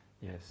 Yes